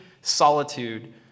solitude